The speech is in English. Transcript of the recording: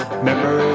Remember